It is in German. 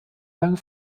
lang